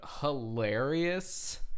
hilarious